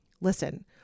Listen